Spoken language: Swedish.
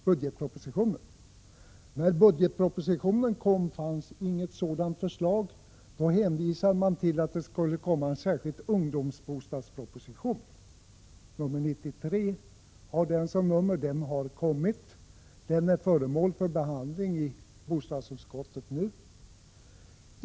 Men när budgetpropositionen kom fanns inget sådant förslag. Då hänvisade man till att det skulle komma en särskild ungdomsbostadsproposition. Nr 93 har den och den har kommit. Den är föremål för behandling i bostadsutskottet.